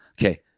Okay